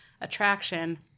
attraction